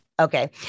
Okay